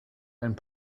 einen